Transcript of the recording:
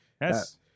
Yes